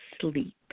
sleep